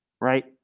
right